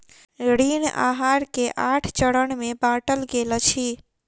ऋण आहार के आठ चरण में बाटल गेल अछि